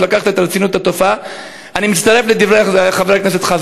עמיתי חברי הכנסת,